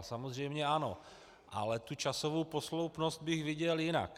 Samozřejmě ano, ale tu časovou posloupnost bych viděl jinak.